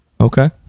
okay